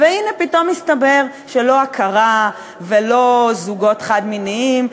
והנה פתאום מסתבר שלא הכרה ולא זוגות חד-מיניים.